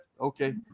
Okay